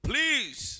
Please